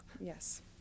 Yes